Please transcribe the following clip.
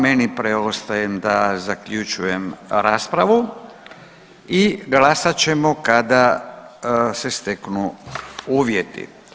Meni preostaje da zaključujem raspravu i glasat ćemo kada se steknu uvjeti.